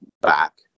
back